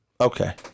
Okay